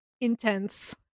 intense